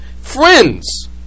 friends